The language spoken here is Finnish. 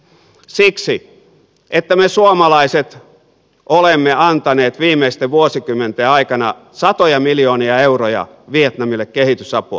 siksi että me suomalaiset olemme antaneet viimeisten vuosikymmenten aikana satoja miljoonia euroja vietnamille kehitysapua